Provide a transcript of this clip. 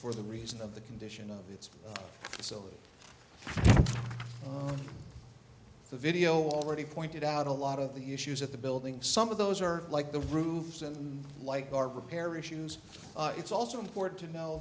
for the reason of the condition of its so the video already pointed out a lot of the issues at the building some of those are like the roofs and like the repair issues it's also important to know